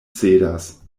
cedas